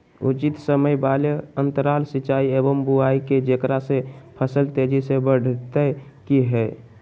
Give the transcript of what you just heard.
उचित समय वाले अंतराल सिंचाई एवं बुआई के जेकरा से फसल तेजी से बढ़तै कि हेय?